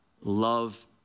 love